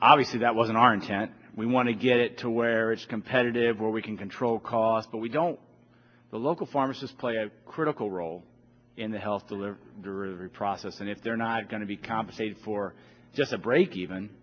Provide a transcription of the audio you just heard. obviously that wasn't our intent we want to get it to where it's competitive where we can control costs but we don't the local pharmacist play a critical role in the health delivery process and if they're not going to be compensated for just a break even